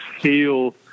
feel